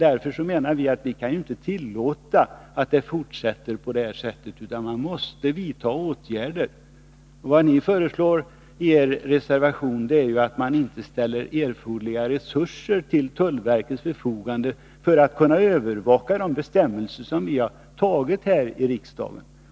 Vi menar att vi inte kan tillåta att det fortsätter på detta sätt, utan åtgärder måste vidtas. Vad ni föreslår i er reservation är att man inte skall ställa erforderliga resurser till tullverkets förfogande för att verket skall kunna övervaka de bestämmelser som vi har fastställt här i riksdagen.